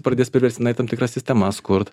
pradės priverstinai tam tikras sistemas kurt